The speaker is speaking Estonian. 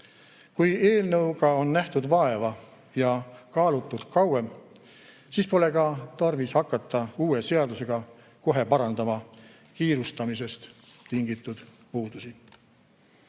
Kui eelnõuga on nähtud vaeva ja kaalutud seda kauem, siis pole ka tarvis hakata uute seadustega kohe parandama kiirustamisest tingitud puudusi.